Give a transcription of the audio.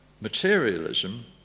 materialism